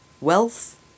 Wealth